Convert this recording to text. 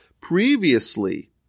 Previously